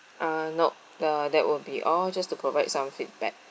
uh nope the that will be all just to provide some feedback